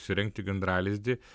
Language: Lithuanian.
įsirengti gandralizdį